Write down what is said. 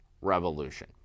revolution